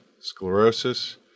sclerosis